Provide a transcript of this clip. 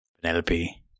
Penelope